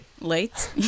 Late